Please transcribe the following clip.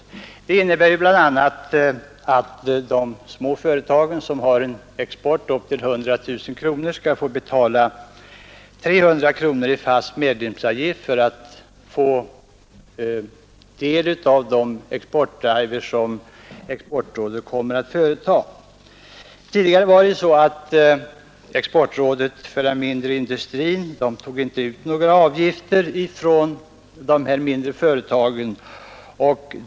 Förslaget innebär bl.a. att de små företagen med mindre än 100 000 kronors årlig export skall få betala 300 kronor i fast medlemsavgift för att få del av den exportdrive som exportrådet kommer att företa. Tidigare var det så att exportrådet för den mindre industrin inte tog ut några avgifter av de mindre företagen.